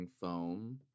foam